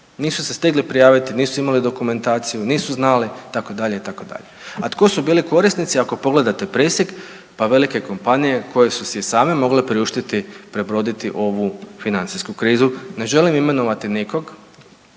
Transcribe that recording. Nisu se stigli prijaviti, nisu imali dokumentaciju, nisu znali itd., itd. A tko su bili korisnici ako pogledate presjek, pa velike kompanije koje su si i same mogle priuštiti prebroditi ovu financijsku krizu. Ne želim imenovati nikog